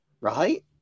Right